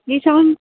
बेथ'